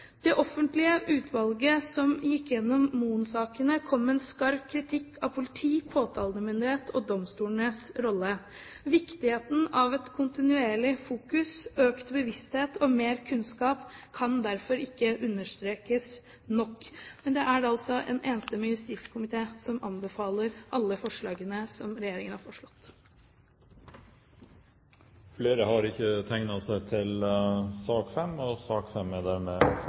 Det offentlige utvalget som gikk igjennom Fritz Moen-saken, kom med en skarp kritikk av politi, påtalemyndighet og domstolenes rolle. Viktigheten av et kontinuerlig fokus, økt bevissthet og mer kunnskap kan derfor ikke understrekes nok. Det er altså en enstemmig justiskomité som anbefaler alle forslagene som regjeringen har kommet med. Flere har ikke bedt om ordet til sak